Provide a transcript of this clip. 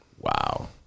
wow